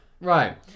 Right